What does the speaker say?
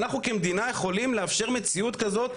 אנחנו כמדינה יכולים לאפשר מציאות כזאת,